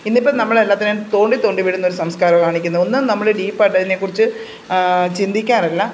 ഇന്നിപ്പം നമ്മൾ എല്ലാത്തിനെയും തോണ്ടിത്തോണ്ടി വിടുന്നോരു സംസ്കാരം ആണ് കാണിക്കുന്നത് ഒന്ന് നമ്മൾ ഡീപ്പ് ആയിട്ട് അതിനെ കുറിച്ച് ചിന്തിക്കാറില്ല